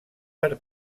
per